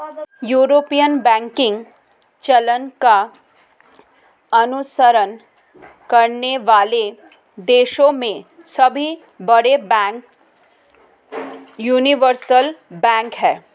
European banking चलन का अनुसरण करने वाले देशों में सभी बड़े बैंक यूनिवर्सल बैंक हैं